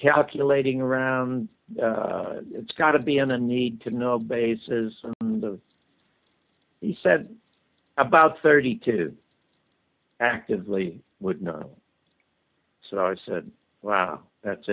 calculating around it's got to be in a need to know basis of he said about thirty two actively would know so i said wow that's